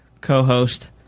co-host